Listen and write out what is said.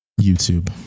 YouTube